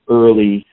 early